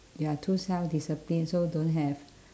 ya too self disciplined so don't have